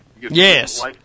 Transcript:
Yes